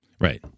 Right